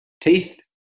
Teeth